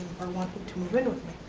or want him to move in with